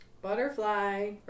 Butterfly